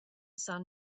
sun